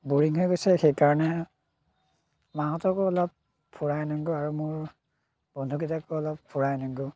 boring হৈ গৈছে সেইকাৰণে মাহঁতকো অলপ ফুৰাই আনোগৈ আৰু মোৰ বন্ধুকেইটাকো অলপ ফুৰাই আনিমগৈ